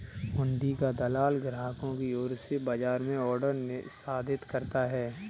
हुंडी का दलाल ग्राहकों की ओर से बाजार में ऑर्डर निष्पादित करता है